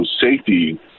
safety